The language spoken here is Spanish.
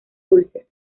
dulces